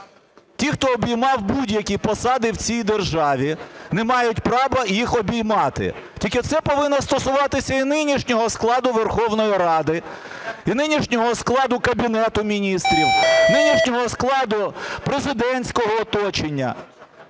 ті, хто обіймав будь-які посади в цій державі, не мають права їх обіймати. Тільки це повинно стосуватися і нинішнього складу Верховної Ради, і нинішнього Кабінету Міністрів, нинішнього складу президентського оточення.